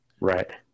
Right